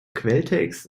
quelltext